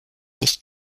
nicht